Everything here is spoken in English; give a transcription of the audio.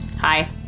Hi